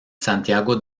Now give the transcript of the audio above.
santiago